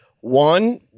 one